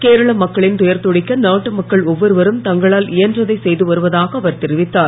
கேரள மக்களின் துயர் துடைக்க நாட்டு மக்கள் ஒவ்வொருவரும் தங்களால் இயன்றதை செய்து வருவதாக அவர் தெரிவித்தார்